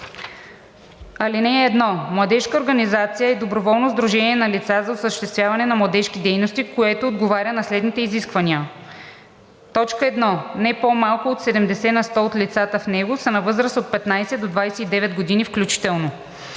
„(1) Младежка организация е доброволно сдружение на лица за осъществяване на младежки дейности, което отговаря на следните изисквания: 1. не по-малко от 70 на сто от лицата в него са на възраст от 15 до 29 години включително;